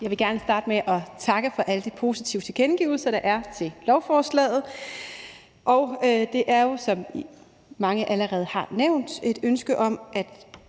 Jeg vil gerne starte med at takke for alle de positive tilkendegivelser, der er til lovforslaget. Det er jo, som mange allerede har nævnt, et ønske om, at